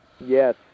yes